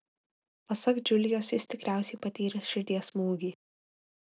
pasak džiulijos jis tikriausiai patyręs širdies smūgį